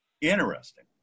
Interesting